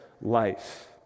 life